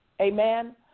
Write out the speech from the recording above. Amen